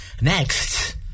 next